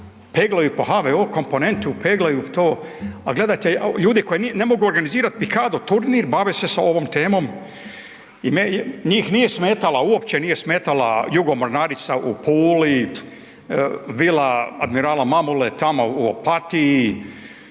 peglaju po HVO komponentu, peglaju to. A gledajte ljudi koji ne mogu organizirat pikado turnir bave se sa ovom temom i njih nije smetala, uopće nije smetala jugo mornarica u Puli, vila admirala Mamule tamo u Opatiji,